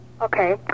Okay